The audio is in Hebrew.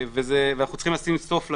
אנחנו צריכים לשים סוף לתופעה.